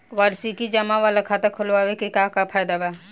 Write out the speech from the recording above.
वार्षिकी जमा वाला खाता खोलवावे के का फायदा बा?